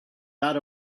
dot